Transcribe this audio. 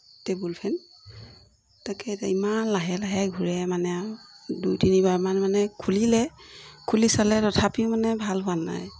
table fan তাকে এতিয়া ইমান লাহে লাহে ঘূৰে মানে দুই তিনিবাৰমান মানে খুলিলে খুলি চালে তথাপিও মানে ভাল হোৱা নাই